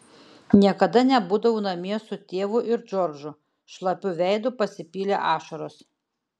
niekada nebūdavau namie su tėvu ir džordžu šlapiu veidu pasipylė ašaros